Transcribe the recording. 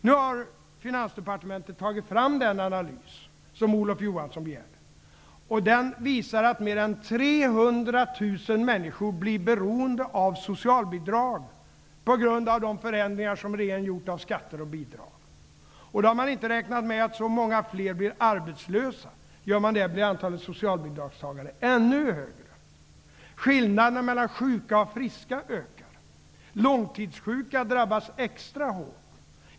Nu har Finansdepartementet tagit fram denna analys, som Olof Johansson begärde. Analysen visar att mer än 300 000 människor blir beroende av socialbidrag på grund av de förändringar som regeringen har gjort av skatter och bidrag. Då har man ändå inte räknat med att det är många fler som blir arbetslösa. Om man gör det, blir antalet socialbidragstagare ännu högre. Skillnaderna mella sjuka och friska ökar. Långtidssjuka drabbas extra hårt.